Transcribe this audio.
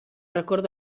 record